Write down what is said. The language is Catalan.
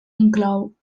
inclou